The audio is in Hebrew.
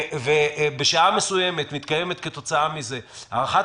ובשעה מסוימת מתקיימת כתוצאה מזה הערכת